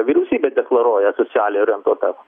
vyriausybė deklaruoja socialiai orientuotą